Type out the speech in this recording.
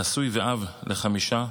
נשוי ואב לחמישה,